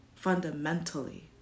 fundamentally